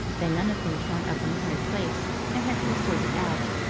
they none of them turn up in the right place and have to be sorted out.